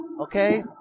Okay